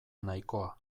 nahikoa